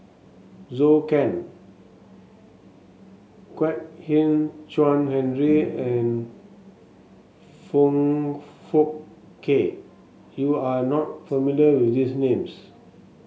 Zhou Can Kwek Hian Chuan Henry and Foong Fook Kay you are not familiar with these names